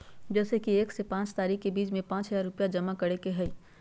जैसे कि एक से पाँच तारीक के बीज में पाँच हजार रुपया जमा करेके ही हैई?